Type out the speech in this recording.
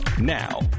Now